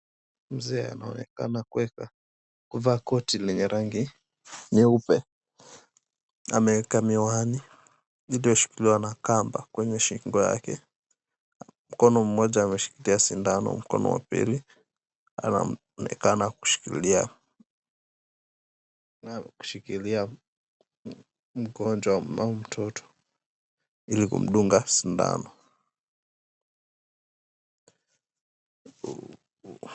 Mzee anaonekana kuweza kuvaa koti lenye rangi nyeupe ameeka miwani zilizoshikiliwa na kamba kwenye shingo yake, mkono mmoja ameshikilia sindano, mkono wa pili anaonekana kushikilia mgonjwa au mtoto ili kumdunga sindano.